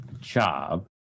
job